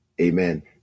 Amen